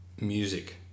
music